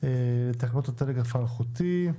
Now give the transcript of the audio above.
תקנות הטלגרף האלחוטי,